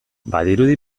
badirudi